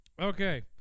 okay